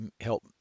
help